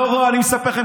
אני מספר לכם,